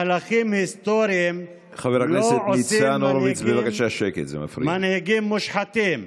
מהלכים היסטוריים לא עושים מנהיגים מושחתים.